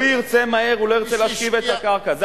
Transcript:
הוא ירצה מהר, הוא לא ירצה להפסיד את הקרקע.